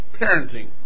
parenting